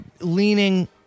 leaning